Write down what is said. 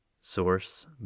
Source